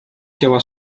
dzieła